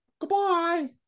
goodbye